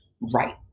right